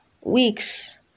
weeks